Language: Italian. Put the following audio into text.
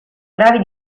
gravi